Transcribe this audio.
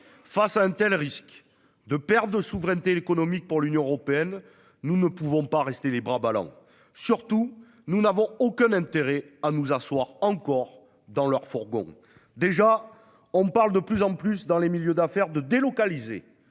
Face à un tel risque de perte de souveraineté économique pour l'Union européenne, nous ne pouvons rester les bras ballants. Nous n'avons aucun intérêt à nous asseoir, encore, dans le fourgon américain. Déjà, on parle de plus en plus, dans les milieux d'affaires, de délocaliser